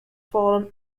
fallen